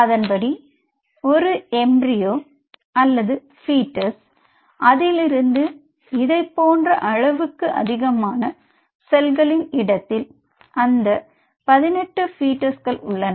அதன்படி ஒரு எம்பிரியோ அல்லது பீட்டஸ் அதிலிருந்து இதைப்போன்ற அளவுக்கு அதிகமான செல்களின் இடத்தில் அந்த 18 பீட்டஸ்ல் உள்ளன